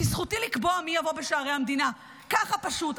כי זכותי לקבוע מי יבוא בשערי המדינה, ככה פשוט.